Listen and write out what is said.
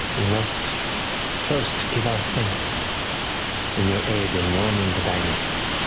we must first give our thanks in your aid in warning the dynasty